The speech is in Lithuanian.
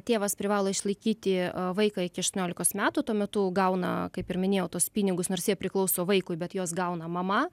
tėvas privalo išlaikyti vaiką iki aštuoniolikos metų tuo metu gauna kaip ir minėjau tuos pinigus nors jie priklauso vaikui bet jos gauna mama